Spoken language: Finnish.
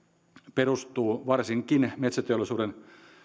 perustuu varsinkin metsäteollisuuden